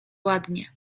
ładnie